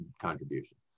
contribution